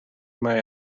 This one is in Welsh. mae